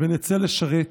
ונצא לשרת.